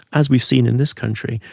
as we've seen in this country,